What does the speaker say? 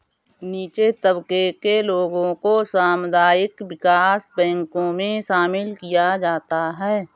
नीचे तबके के लोगों को सामुदायिक विकास बैंकों मे शामिल किया जाता है